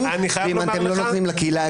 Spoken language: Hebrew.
וגם שם האימוצים עמדו על כמה בודדים בשנה,